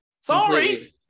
Sorry